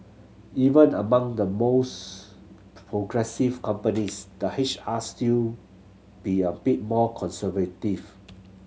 even among the mores progressive companies the H R still be a bit more conservative